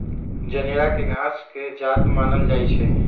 जनेरा के घास के जात मानल जाइ छइ